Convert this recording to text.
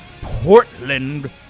Portland